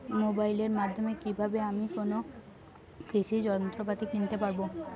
মোবাইলের মাধ্যমে কীভাবে আমি কোনো কৃষি যন্ত্রপাতি কিনতে পারবো?